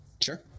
Sure